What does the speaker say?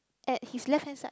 at his left hand side